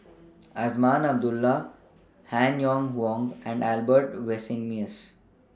Azman Abdullah Han Yong Hong and Albert Winsemius